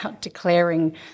declaring